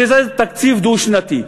שזה תקציב דו-שנתי.